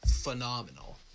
phenomenal